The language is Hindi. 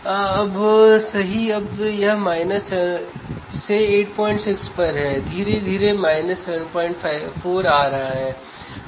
आप लाभ को बदल सकते हैं